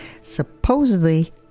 supposedly